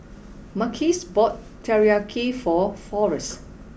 Marquise bought Teriyaki for Forest